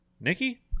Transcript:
nikki